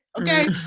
okay